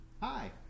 hi